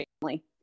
family